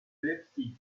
leipzig